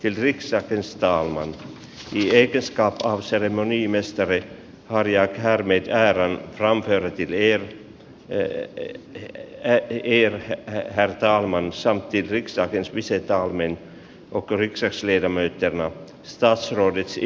ericsson ostaa oman pieces kaappausseremoniamestari arja är min jäävän ram herätti vielä ettei hän vielä vertaamaan saati riksdagens visa tammi opriksensledamöttämä stansrud yksi